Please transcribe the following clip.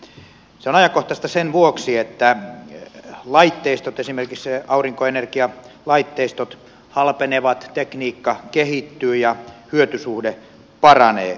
se on ajankohtaista sen vuoksi että laitteistot esimerkiksi aurinkoenergialaitteistot halpenevat tekniikka kehittyy ja hyötysuhde paranee